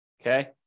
Okay